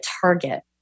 target